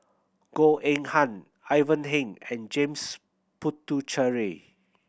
Goh Eng Han Ivan Heng and James Puthucheary